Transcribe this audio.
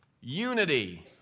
Unity